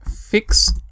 fix